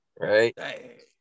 right